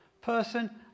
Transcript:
Person